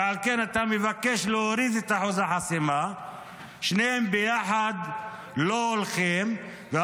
ועל כן אתה מבקש להוריד את אחוז החסימה שניהם לא הולכים יחד.